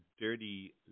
Dirty